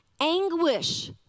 anguish